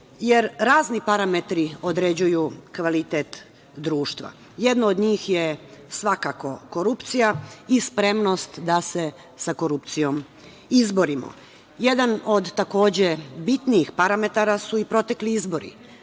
jer razni parametri određuju kvalitet društva. Jedno od njih je svakako korupcija i spremnost da se sa korupcijom izborimo. Jedan od, takođe, bitnijih parametara su i protekli izbori